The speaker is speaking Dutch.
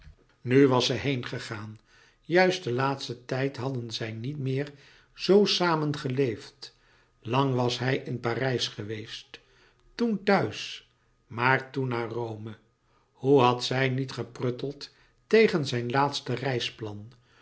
nu was ze heengegaan juist den laatsten tijd hadden zij niet meer zoo samen geleefd lang was hij in parijs geweest toen thuis maar toen naar rome hoe had zij niet geprutteld tegen zijn laatste reisplan